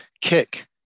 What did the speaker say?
kick